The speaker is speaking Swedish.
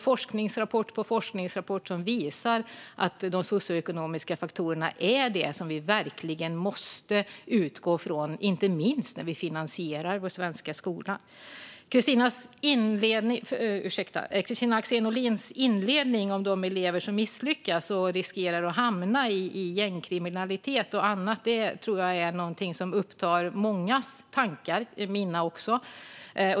Forskningsrapport efter forskningsrapport visar att de socioekonomiska faktorerna är det som vi verkligen måste utgå från, inte minst när vi finansierar vår svenska skola. Kristina Axén Olins inledning om de elever som misslyckas och riskerar att hamna i gängkriminalitet är något som upptar mångas tankar - mina också.